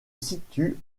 situe